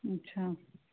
अच्छा